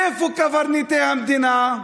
איפה קברניטי המדינה?